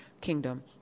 kingdom